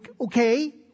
Okay